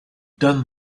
done